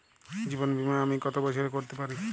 জীবন বীমা আমি কতো বছরের করতে পারি?